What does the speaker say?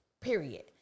period